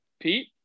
Pete